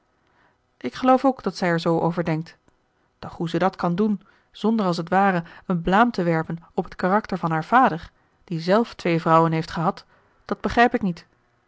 ik geloof ook dat zij er zoo over denkt doch hoe ze dat kan doen zonder als t ware een blaam te werpen op het karakter van haar vader die zelf twee vrouwen heeft gehad dat begrijp ik niet